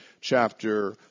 chapter